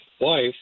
wife